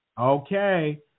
Okay